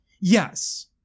yes